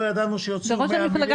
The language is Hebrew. לא ידענו שיוציאו 100 --- אדוני,